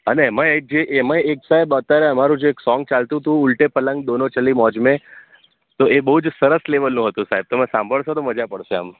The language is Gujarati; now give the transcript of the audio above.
અને એમાંય એક જે એમાંય એક સાહેબ અત્યારે આમરું જ એક સોંગ ચાલતું હતું ઉલટે પલંગ દોનો ચલી મોજ મેં તો એ બહુ જ સરસ લેવલનું હતું સાહેબ તમે સાંભળશો તો મજા પડશે આમ